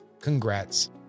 Congrats